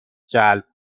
جلب